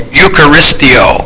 eucharistio